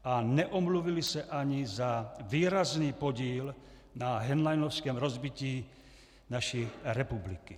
A neomluvili se ani za výrazný podíl na henleinovském rozbití naší republiky.